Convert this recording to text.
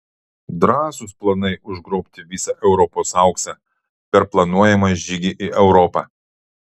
drąsūs planai užgrobti visą europos auksą per planuojamą žygį į europą